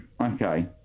Okay